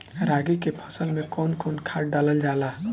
रागी के फसल मे कउन कउन खाद डालल जाला?